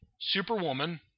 Superwoman